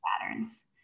patterns